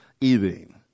eating